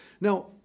now